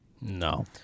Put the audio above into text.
No